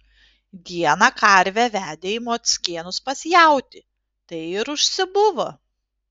dieną karvę vedė į mockėnus pas jautį tai ir užsibuvo